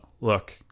look